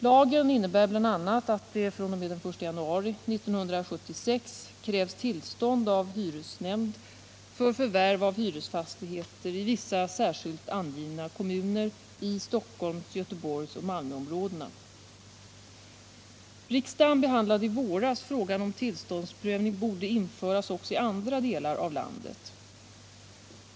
Lagen innebär bl.a. att det fr.o.m. den 1 januari 1976 krävs tillstånd av hyresnämnd för förvärv av hyresfastighet i vissa särskilt angivna kommuner i Stockholms-, Göteborgsoch Malmöområdena. Riksdagen behandlade i våras frågan om tillståndsprövning borde införas i andra delar av landet.